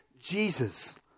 Jesus